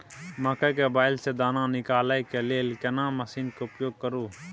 मकई के बाईल स दाना निकालय के लेल केना मसीन के उपयोग करू?